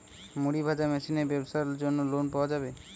মুড়ি ভাজা মেশিনের ব্যাবসার জন্য লোন পাওয়া যাবে?